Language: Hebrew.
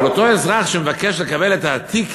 אבל אותו אזרח שמבקש לקבל את התיק